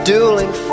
dueling